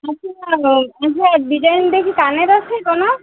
আচ্ছা ডিজাইন দেখি কানের আছে কোনো